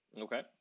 Okay